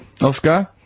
Oscar